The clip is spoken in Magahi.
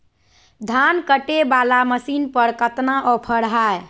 धान कटे बाला मसीन पर कतना ऑफर हाय?